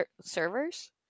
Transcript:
Servers